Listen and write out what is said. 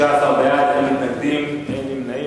15 בעד, אין מתנגדים, אין נמנעים.